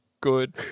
good